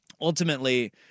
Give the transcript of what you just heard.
ultimately